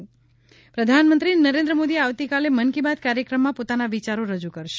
ઃ પ્રધાનમંત્રી નરેન્દ્ર મોદી આવતીકાલે મન કી બાત કાર્યક્રમમાં પોતાના વિચારો રજૂ કરશે